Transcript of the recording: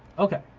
okay.